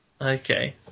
Okay